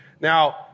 Now